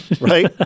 Right